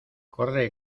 corre